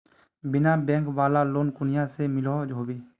बिना बैंक वाला लोन कुनियाँ से मिलोहो होबे?